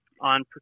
on